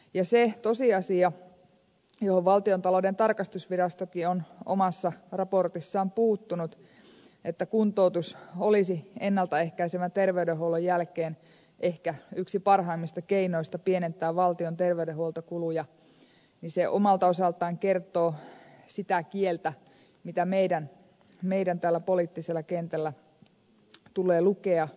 se tosiasia johon valtiontalouden tarkastusvirastokin on omassa raportissaan puuttunut että kuntoutus olisi ennalta ehkäisevän terveydenhuollon jälkeen ehkä yksi parhaimmista keinoista pienentää valtion terveydenhuoltokuluja omalta osaltaan kertoo sitä kieltä mitä meidän täällä poliittisella kentällä tulee lukea